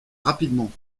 rapidement